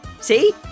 See